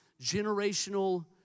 generational